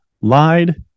Lied